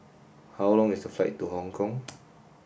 how long is the flight to Hong Kong